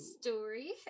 story